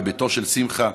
בביתו של שמחה,